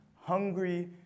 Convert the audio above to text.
hungry